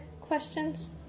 questions